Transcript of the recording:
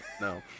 No